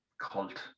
cult